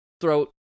throat